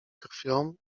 krwią